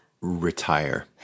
Retire